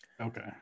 Okay